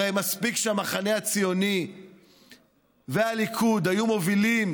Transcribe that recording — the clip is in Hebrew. הרי מספיק שהמחנה הציוני והליכוד היו מובילים